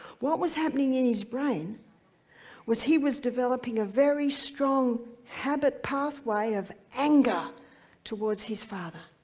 what was happening in his brain was he was developing a very strong habit pathway of anger towards his father.